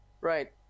Right